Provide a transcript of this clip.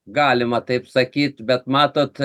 galima taip sakyt bet matot